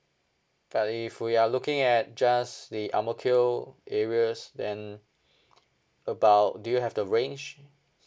but if we are looking at just the ang mo kio areas then about do you have the range